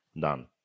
Done